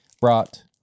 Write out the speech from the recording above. brought